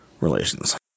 relations